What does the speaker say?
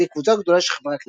על ידי קבוצה גדולה של חברי הכנסת,